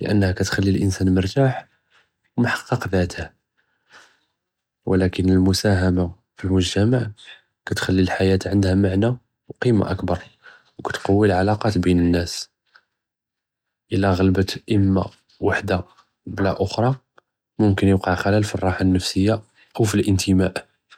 לִאַנַהָא כִּתְחַלִּי אֶלְאִנְסַאן מְרְתַאח, מֻחַקִּק דַאתוֹ, וַלַכִּן אֶלְמֻסַאהַמַה פִי אלמֻגְ׳תַמַע כִּתְחַלִּי אֶלְחַיַאה עַנְדַהָא מַעְנַא, וְקִימַה אַכְּבַּר, וּכִתְקַוִּי אֶלְעִלַאקַאת בֵּין אֶנָאס, אִלַא גְ׳לַבֶּת אִמַּא וַחְדַה בְּלַא אֻכְּרַא מֻמְכִּן יַקַע חַלַל פִי אֶלרַאחַה אֶלְנַפְסִיַּה, אָו פִי אֶלְאִנְתִמַּא'.